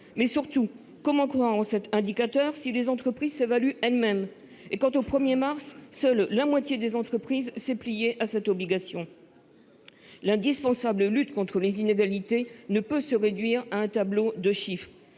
PME ? Surtout, comment croire en cet indicateur, si les entreprises s'évaluent elles-mêmes ? Je rappelle en outre qu'au 1 mars seule la moitié des entreprises s'est pliée à cette obligation ... L'indispensable lutte contre les inégalités ne peut se réduire à un tableau de chiffres.